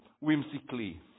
whimsically